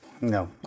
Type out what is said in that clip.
No